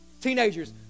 Teenagers